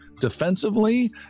defensively